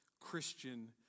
Christian